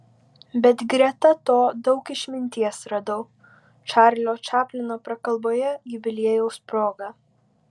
bet greta to daug išminties radau čarlio čaplino prakalboje jubiliejaus proga